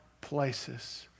places